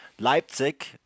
Leipzig